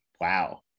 wow